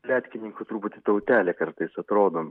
pletkininkų truputį tautelė kartais atrodom